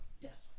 Yes